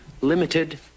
limited